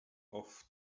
off